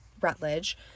Rutledge